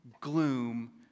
gloom